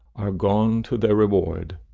are gone to their reward.